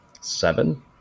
seven